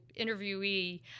interviewee